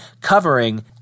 covering